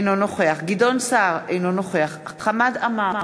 אינו נוכח גדעון סער, אינו נוכח חמד עמאר,